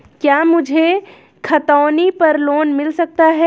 क्या मुझे खतौनी पर लोन मिल सकता है?